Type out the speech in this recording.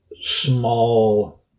small